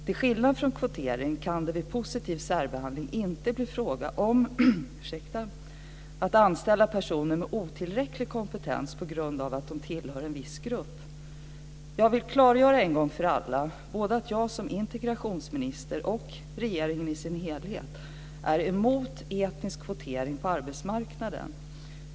Till skillnad från kvotering kan det vid positiv särbehandling inte bli fråga om att anställa personer med otillräcklig kompetens på grund av att de tillhör en viss grupp. Jag vill klargöra en gång för alla att både jag som integrationsminister och regeringen i sin helhet är emot etnisk kvotering på arbetsmarknaden.